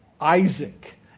Isaac